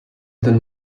then